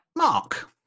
Mark